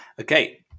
Okay